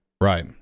Right